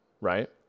Right